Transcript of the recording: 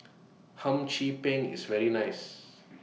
Hum Chim Peng IS very nice